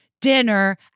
dinner